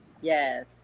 Yes